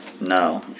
No